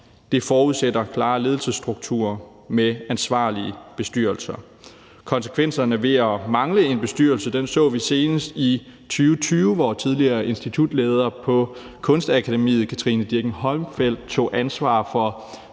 Det forudsætter klare ledelsesstrukturer med ansvarlige bestyrelser. Konsekvenserne ved at mangle en bestyrelse så vi senest i 2020, hvor tidligere institutleder på Kunstakademiet Katrine Dirckinck-Holmfeld tog ansvar for